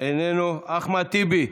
איננו, אחמד טיבי,